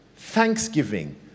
Thanksgiving